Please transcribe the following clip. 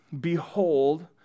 behold